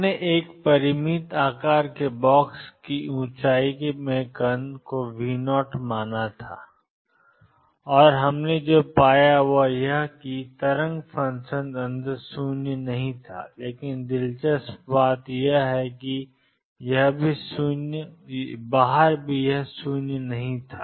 हमने एक परिमित आकार के बॉक्स की ऊंचाई में कण को V0 माना था और हमने जो पाया वह यह है कि तरंग फ़ंक्शन अंदर शून्य नहीं था लेकिन दिलचस्प बात यह है कि यह भी शून्य से बाहर नहीं था